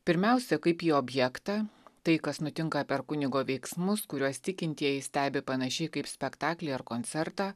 pirmiausia kaip į objektą tai kas nutinka per kunigo veiksmus kuriuos tikintieji stebi panašiai kaip spektaklį ar koncertą